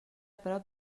prop